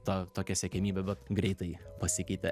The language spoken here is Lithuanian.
ta tokia siekiamybė bet greitai pasikeitė